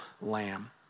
lamb